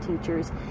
teachers